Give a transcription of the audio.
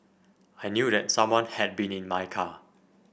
I knew that someone had been in my car